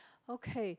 okay